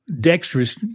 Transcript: dexterous